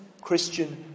Christian